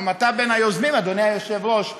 גם אתה בין היוזמים, אדוני היושב-ראש בצלאל,